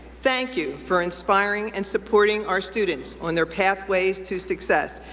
thank you for inspiring and supporting our students on their pathways to success.